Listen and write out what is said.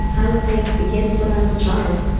i would say it begins when i was a child.